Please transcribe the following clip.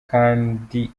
kandi